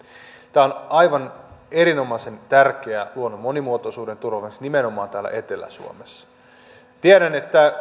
tämä on aivan erinomaisen tärkeä luonnon monimuotoisuuden turvaamiseksi nimenomaan täällä etelä suomessa tiedän että